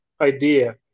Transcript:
idea